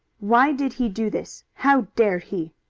why did he do this? how dared he?